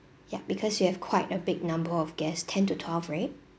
yup because you have quite a big number of guests ten to twelve right